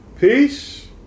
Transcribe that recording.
peace